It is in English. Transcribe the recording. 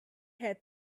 had